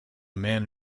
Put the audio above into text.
men